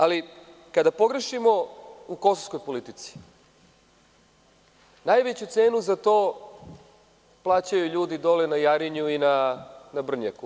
Ali, kada pogrešimo u kosovskoj politici, najveću cenu za to plaćaju ljudi dole na Jarinju i na Brnjaku.